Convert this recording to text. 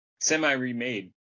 semi-remade